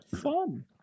fun